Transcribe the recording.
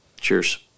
Cheers